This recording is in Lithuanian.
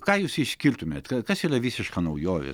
ką jūs išskirtumėt kas yra visiška naujovė